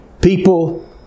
People